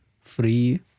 free